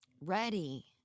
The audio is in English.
ready